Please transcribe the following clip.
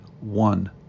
one